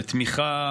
בתמיכה